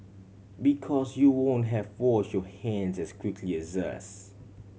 because you won't have wash your hands as quickly as us